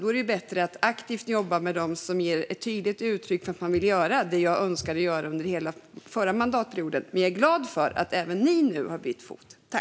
Då är det bättre att aktivt jobba med dem som tydligt uttrycker att de vill göra det som jag önskade göra under hela den förra mandatperioden. Men jag är glad att även ni har bytt fot nu.